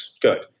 Good